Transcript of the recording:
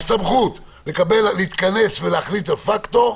הסמכות: להתכנס ולהחליט על פקטור.